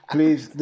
Please